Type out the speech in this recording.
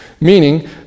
meaning